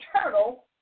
eternal